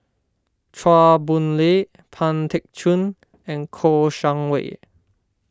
Chua Boon Lay Pang Teck Joon and Kouo Shang Wei